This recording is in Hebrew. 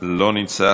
לא נמצא.